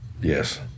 Yes